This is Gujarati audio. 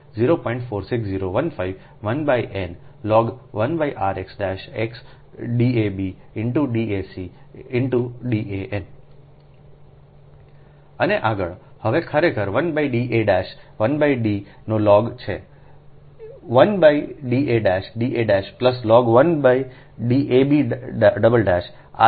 અને આગળહવે આ ખરેખર 1 D a' 1D નો લોગ છે1 D a Da' log 1 D ab' આ જેમ